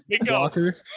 Walker